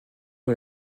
eux